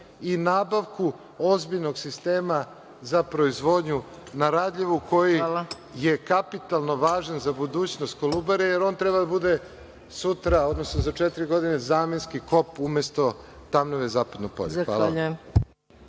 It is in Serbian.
i nabavku ozbiljnog sistema za proizvodnju na Radljevu, koji je kapitalno važan za budućnost Kolubare, jer on treba sutra, odnosno za četiri godine, zamenski kop, umesto Tamnave Zapadnog polja.